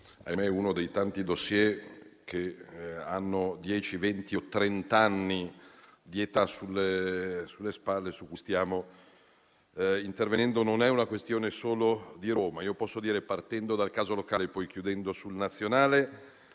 uno dei tanti *dossier* che hanno dieci, venti o trent'anni di età sulle spalle, su cui stiamo intervenendo. Non è una questione solo di Roma, ma posso dire, partendo dal caso locale e poi chiudendo sul nazionale,